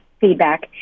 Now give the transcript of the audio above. feedback